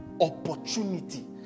opportunity